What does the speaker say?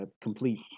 complete